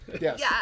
Yes